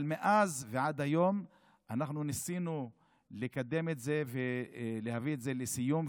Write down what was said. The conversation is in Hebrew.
אבל מאז ועד היום אנחנו ניסינו לקדם את זה ולהביא את זה לסיום,